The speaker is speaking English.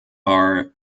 are